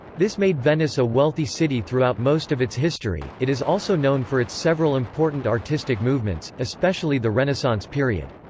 this made venice a wealthy city throughout most of its history it is also known for its several important artistic movements, especially the renaissance period.